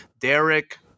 Derek